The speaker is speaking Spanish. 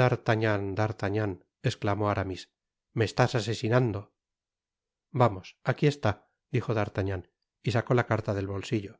d'artagnan d'artagnan i esclamó aramis me estás asesinando vamos aqui está dijo d'artagnan y sacó la carta del bolsillo